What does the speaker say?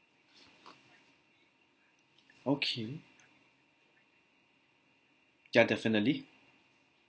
okay ya definitely